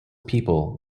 people